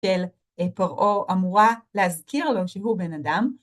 של פרעה אמורה להזכיר לו שהוא בן אדם.